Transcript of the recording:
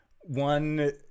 one